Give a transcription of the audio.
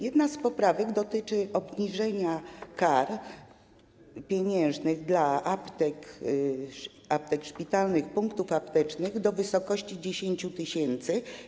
Jedna z poprawek dotyczy obniżenia kar pieniężnych dla aptek, aptek szpitalnych, punktów aptecznych do wysokości 10 tys.